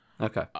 Okay